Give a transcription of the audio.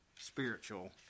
spiritual